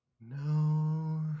No